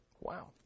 Wow